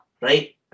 right